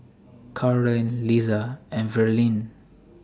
Carleen Liza and Verlyn